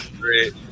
great